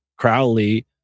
Crowley